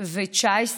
בספטמבר 2019,